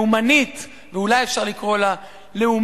לאומנית, ואולי אפשר לקרוא לה לאומית-לאומנית.